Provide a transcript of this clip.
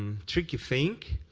um tricky thing.